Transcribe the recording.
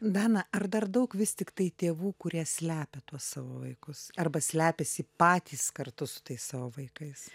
dana ar dar daug vis tiktai tėvų kurie slepia tuos savo vaikus arba slepiasi patys kartu su tais savo vaikais